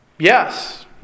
Yes